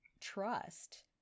trust